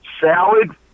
Salad